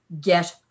get